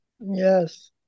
Yes